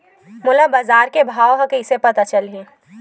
मोला बजार के भाव ह कइसे पता चलही?